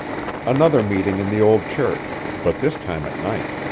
another meeting in the old church, but this time at night.